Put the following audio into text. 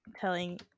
telling